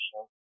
show